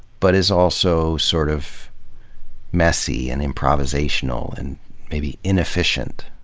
but is also sort of messy and improvisational and maybe inefficient.